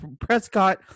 Prescott